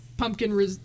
pumpkin